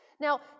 Now